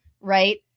right